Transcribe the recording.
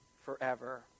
forever